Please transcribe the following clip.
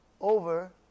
over